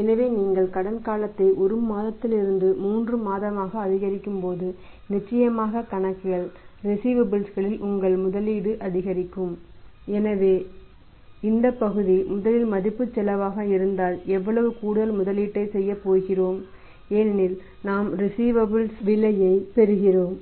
எனவே நீங்கள் கடன் காலத்தை 1 மாதத்திலிருந்து 3 மாதமாக அதிகரிக்கும் போது நிச்சயமாக கணக்குகள் ரிஸீவபல்ஸ் விலையை பெறுகிறோம்